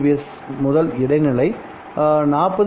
S முதல் இடைநிலை 40 G